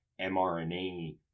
mRNA